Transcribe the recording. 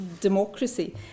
democracy